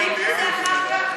אפשר להגיב על זה אחר כך?